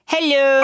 Hello